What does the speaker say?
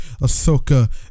Ahsoka